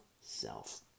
self